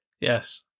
Yes